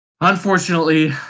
unfortunately